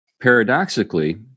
paradoxically